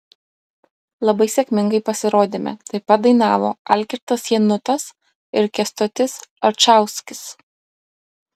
labai sėkmingai pasirodėme taip pat dainavo algirdas janutas ir kęstutis alčauskis